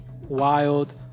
wild